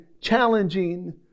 challenging